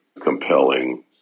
compelling